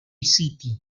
city